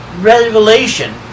Revelation